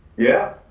yeah.